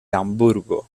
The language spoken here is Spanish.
hamburgo